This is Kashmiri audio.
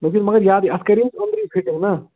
ژےٚ چھُنہٕ مگر یادٕے اتھ کٔریٛاے أنٛدری فِٹِنٛگ نا